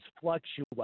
fluctuate